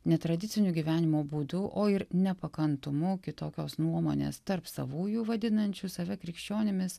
netradiciniu gyvenimo būdu o ir nepakantumu kitokios nuomonės tarp savųjų vadinančių save krikščionimis